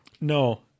No